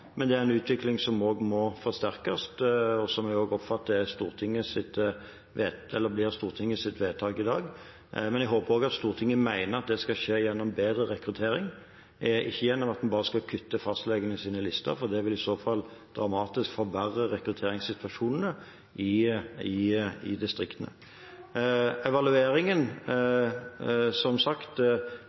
men det er en utvikling som må forsterkes, som jeg også oppfatter blir Stortingets vedtak i dag. Men jeg håper også at Stortinget mener at det skal skje gjennom bedre rekruttering, ikke gjennom at en bare skal kutte i fastlegenes lister, for det vil i så fall dramatisk forverre rekrutteringssituasjonen i distriktene. Når det gjelder evalueringen: Det er som sagt